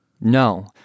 No